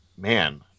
man